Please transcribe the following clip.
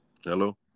Hello